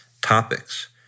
topics